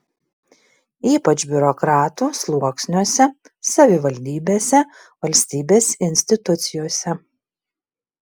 ypač biurokratų sluoksniuose savivaldybėse valstybės institucijose